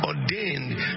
ordained